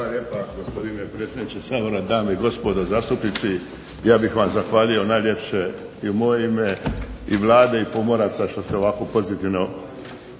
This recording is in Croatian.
Hvala